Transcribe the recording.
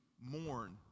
mourn